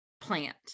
plant